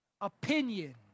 Opinion